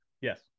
Yes